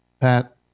Pat